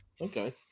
Okay